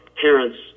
parents